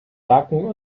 backen